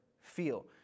feel